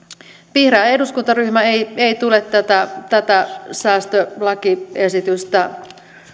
vihreä eduskuntaryhmä ei ei tule tätä tätä säästölakiesitystä